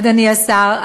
אדוני השר,